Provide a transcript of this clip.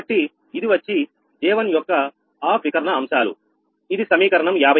కాబట్టి ఇది వచ్చి J1 యొక్క ఆఫ్ వికర్ణ అంశాలు ఇది సమీకరణం 58